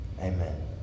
Amen